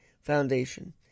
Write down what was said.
Foundation